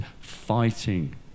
fighting